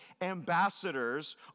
ambassadors